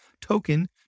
token